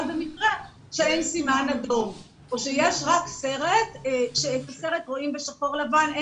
במקרה שאין סימן אדום או שיש רק סרט ואת סרט רואים בשחור-לבן,